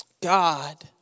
God